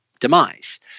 demise